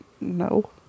no